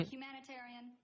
Humanitarian